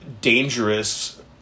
dangerous